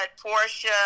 Portia